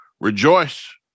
Rejoice